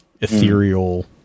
ethereal